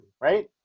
right